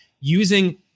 using